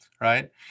right